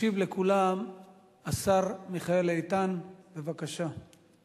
ישיב לכולם השר מיכאל איתן, בבקשה.